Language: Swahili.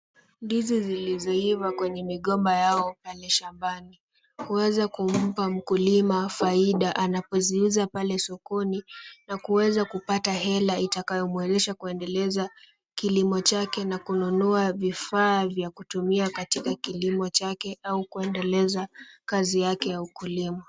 Ndizi zilizoiva kwenye migomba yao pale shambani, huweza kumpa mkulima faida anapoziuza pale sokoni na kuweza kupata hela itakayomwezesha kuendeleza kilimo chake na kununua vifaa vya kutumia katika kilimo chake au kuendeleza kazi yake ya ukulima.